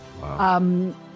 Wow